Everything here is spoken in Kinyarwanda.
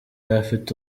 afite